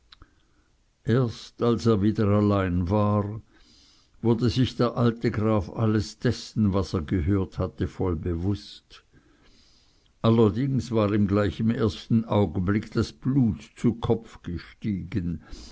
erst als er wieder allein war wurde sich der alte graf alles dessen was er gehört hatte voll bewußt allerdings war ihm gleich im ersten augenblick das blut zu kopf gestiegen